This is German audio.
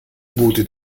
boote